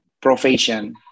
profession